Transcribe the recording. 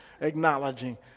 Acknowledging